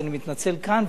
אז אני מתנצל כאן,